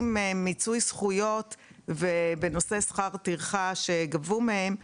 מיצוי זכויות בנושא שכר טרחה שגבו מהם,